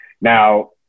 Now